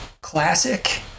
classic